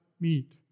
meet